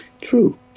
True